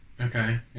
Okay